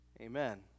Amen